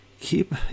keep